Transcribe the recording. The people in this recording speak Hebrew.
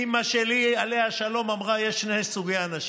אימא שלי, עליה השלום, אמרה שיש שני סוגי אנשים: